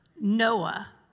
Noah